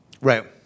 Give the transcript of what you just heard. right